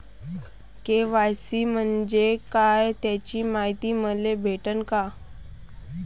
KYC म्हंजे काय त्याची मायती मले भेटन का?